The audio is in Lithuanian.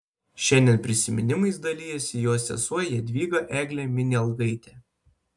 šiandien prisiminimais dalijasi jos sesuo jadvyga eglė minialgaitė